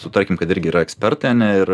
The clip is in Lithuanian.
sutarkim kad irgi yra ekspertai ane ir